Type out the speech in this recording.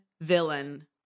villain